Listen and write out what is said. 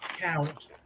count